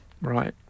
right